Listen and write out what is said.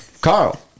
Carl